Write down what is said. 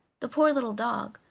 the poor little dog,